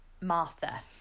Martha